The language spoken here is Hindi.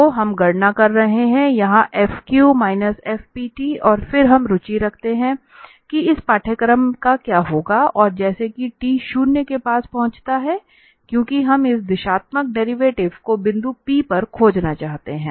तो हम गणना कर रहे हैं कि यहां fQ ft और फिर हम रुचि रखते हैं कि इस पाठ्यक्रम का क्या होगा और जैसा कि t शून्य के पास पहुंचता है क्योंकि हम इस दिशात्मक डेरिवेटिव को बिंदु P पर खोजना चाहते हैं